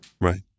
Right